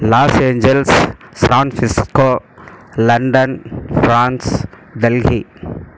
loss Angeles San Francisco London France Delhi